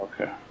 Okay